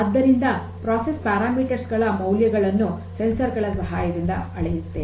ಆದ್ದರಿಂದ ಪ್ರಕ್ರಿಯೆ ನಿಯತಾಂಕಗಳ ಮೌಲ್ಯಗಳನ್ನು ಸಂವೇದಕ ಗಳ ಸಹಾಯದಿಂದ ಅಳೆಯುತ್ತೇವೆ